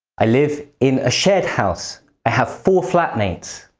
i live in a shared house i have four flatmates.